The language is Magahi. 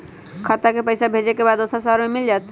खाता के पईसा भेजेए के बा दुसर शहर में मिल जाए त?